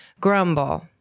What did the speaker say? Grumble